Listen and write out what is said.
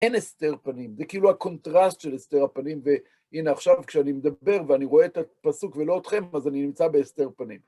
אין הסתר פנים, זה כאילו הקונטרסט של הסתר הפנים, והנה עכשיו כשאני מדבר ואני רואה את הפסוק ולא אותכם, אז אני נמצא בהסתר פנים.